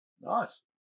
Nice